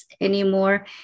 anymore